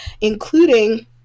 including